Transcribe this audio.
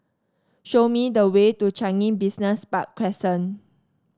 show me the way to Changi Business Park Crescent